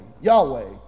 Yahweh